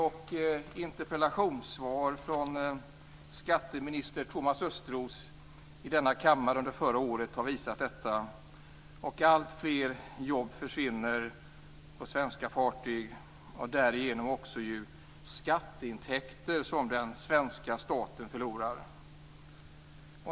Thomas Östros i denna kammare under förra året har visat detta, och alltfler jobb försvinner på svenska fartyg och därigenom även skatteintäkter som den svenska staten förlorar.